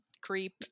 creep